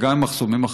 וגם ממחסומים אחרים,